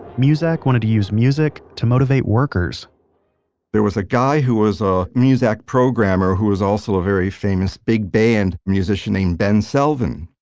muzak wanted to use music to motivate workers there was a guy who was a muzak programmer who was also a very famous big band musician named ben selvin.